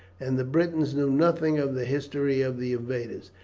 and the britons knew nothing of the history of the invaders,